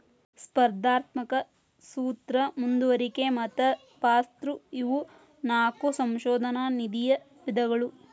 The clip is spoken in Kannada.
ಸ್ಪರ್ಧಾತ್ಮಕ ಸೂತ್ರ ಮುಂದುವರಿಕೆ ಮತ್ತ ಪಾಸ್ಥ್ರೂ ಇವು ನಾಕು ಸಂಶೋಧನಾ ನಿಧಿಯ ವಿಧಗಳು